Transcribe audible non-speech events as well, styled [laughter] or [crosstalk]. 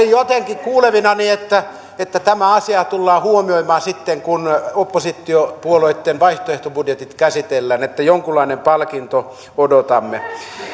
[unintelligible] jotenkin kuulevinani että että tämä asia tullaan huomioimaan sitten kun oppositiopuolueitten vaihtoehtobudjetit käsitellään että jonkunlaista palkintoa odotamme